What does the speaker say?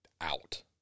out